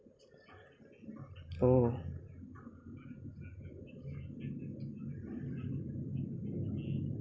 oh